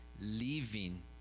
leaving